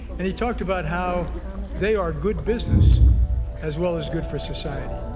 and he talked about how they are good business as well as good for society.